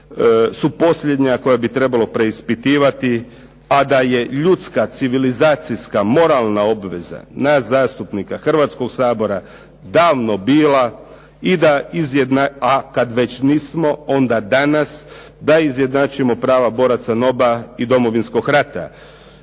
su posljednja koja bi trebalo preispitivati, a da je ljudska civilizacijska, moralna obveza nas zastupnika Hrvatskog sabora davno bila, a kad već nismo, onda danas da izjednačimo prava boraca NOB-a i Domovinskog rata.